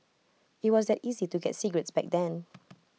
IT was that easy to get cigarettes back then